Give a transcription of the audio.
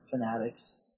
fanatics